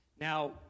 Now